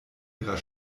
ihrer